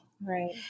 Right